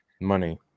money